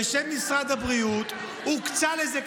בשם משרד הבריאות: הוקצה לזה.